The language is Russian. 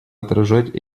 отражать